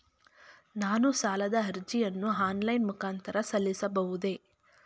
ನಾನು ಸಾಲದ ಅರ್ಜಿಯನ್ನು ಆನ್ಲೈನ್ ಮುಖಾಂತರ ಸಲ್ಲಿಸಬಹುದೇ?